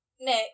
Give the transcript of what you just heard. Nick